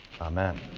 Amen